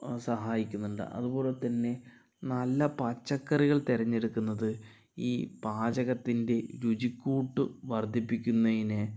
സഹായിക്കുന്നുണ്ട് അതുപോലെതന്നെ നല്ല പച്ചക്കറികൾ തി രഞ്ഞെടുക്കുന്നത് ഈ പാചകത്തിൻ്റെ രുചിക്കൂട്ട് വർധിപ്പിക്കുന്നതിന്